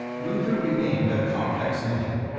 luther remained a complex man.